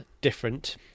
different